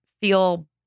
feel